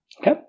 Okay